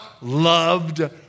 loved